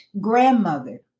grandmother